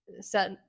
set